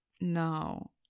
no